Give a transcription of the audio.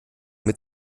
mit